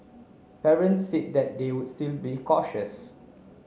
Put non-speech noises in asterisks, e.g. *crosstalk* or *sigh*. parents *unintelligible* they would still be cautious